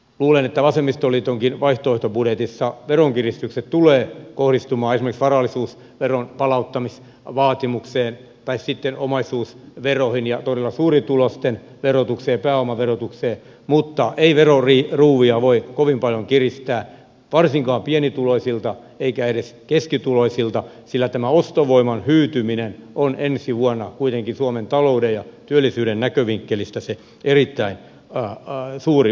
luulen että vasemmistoliitonkin vaihtoehtobudjetissa veronkiristykset tulevat esimerkiksi ilmenemään varallisuusveron palauttamisvaatimuksena tai sitten kohdistumaan omaisuusveroihin ja todella suurituloisten verotukseen pääomaverotukseen mutta ei veroruuvia voi kovin paljon kiristää varsinkaan pienituloisilla eikä edes keskituloisilla sillä tämä ostovoiman hyytyminen on ensi vuonna kuitenkin suomen talouden ja työllisyyden näkövinkkelistä se erittäin suuri uhkakuva